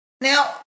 Now